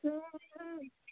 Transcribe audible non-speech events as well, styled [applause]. [unintelligible]